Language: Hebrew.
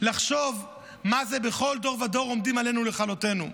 לחשוב מה זה "שבכל דור ודור עומדים עלינו לכלותנו".